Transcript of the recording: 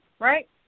Right